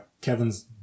Kevin's